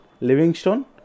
Livingstone